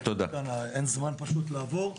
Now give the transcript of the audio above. אין זמן פשוט לעבור.